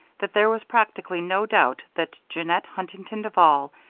that there was practically no doubt that jeannette huntington duval,